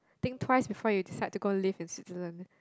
think twice before you decide to go live in Switzerland